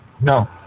No